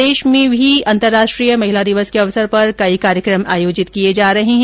प्रदेश में भी अंतर्राष्ट्री महिला दिवस के अवसर पर कई कार्यक्रम आर्योजित किए जा रहे है